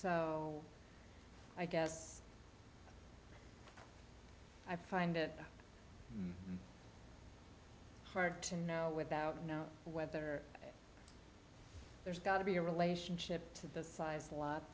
so i guess i find it hard to know without know whether there's got to be a relationship to the